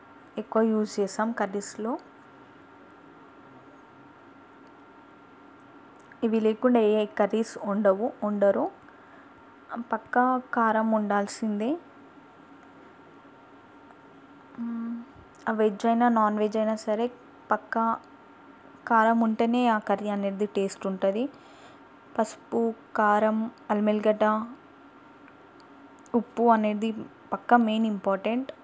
ఎక్కువ యూజ్ చేస్తాము కర్రీస్లో ఇవి లేకుండా ఏ కర్రీస్ ఉండవు వండారు పక్కా కారం ఉండాల్సిందే వెజ్ అయినా నాన్వెజ్ అయినా సరే పక్కా కారం ఉంటేనే ఆ కర్రీ అనేది టేస్ట్ ఉంటుంది పసుపు కారం అల్లం వెల్లిగడ్డ ఉప్పు అనేది పక్క మెయిన్ ఇంపార్టెంట్